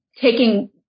taking